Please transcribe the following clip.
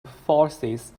forces